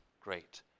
great